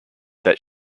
that